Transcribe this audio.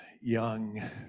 young